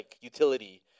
utility